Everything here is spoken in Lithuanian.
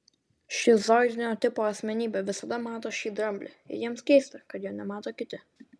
šizoidinio tipo asmenybė visada mato šį dramblį ir jiems keista kad jo nemato kiti